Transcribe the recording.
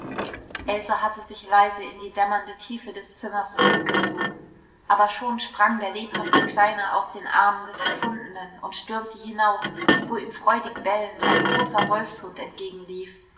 else hatte sich leise in die dämmernde tiefe des zimmers zurückgezogen aber schon sprang der lebhafte kleine aus den armen des gefundenen und stürmte hinaus wo ihm freudig bellend ein großer wolfshund entgegenlief